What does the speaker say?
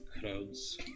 crowds